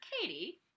Katie